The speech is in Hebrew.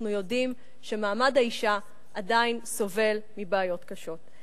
אנחנו יודעים שמעמד האשה עדיין סובל מבעיות קשות.